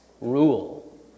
rule